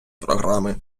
програми